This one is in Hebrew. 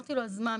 אמרתי לו "..אז מה?